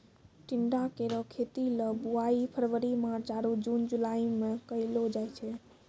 टिंडा केरो खेती ल बुआई फरवरी मार्च आरु जून जुलाई में कयलो जाय छै